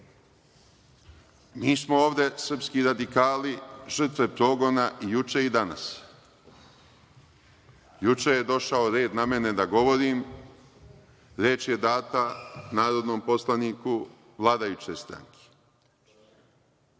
mi smo ovde, srpski radikali, žrtve progona i juče i danas. Juče je došao red na mene da govorim, reč je data narodnom poslaniku vladajuće stranke.